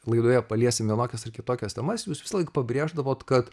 laidoje paliesime vienokias ar kitokias temas jūs visąlaik pabrėždavote kad